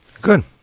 Good